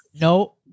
No